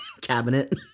cabinet